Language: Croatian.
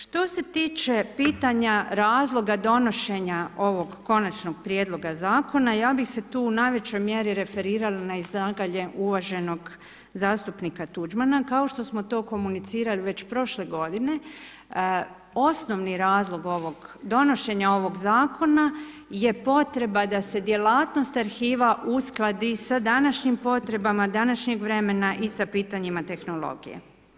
Što se tiče pitanja razloga donošenja ovog konačnog prijedloga zakona, ja bi se tu u najvećoj mjeri referirala na izlaganje uvaženog zastupnika Tuđmana, kao što smo to komunicirali već prošle godine, osnovni razlog ovog donošenja ovog zakona je potreba da se djelatnost arhiva uskladi sa današnjim potrebama današnjeg vremena i sa pitanjima tehnologije.